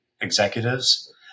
executives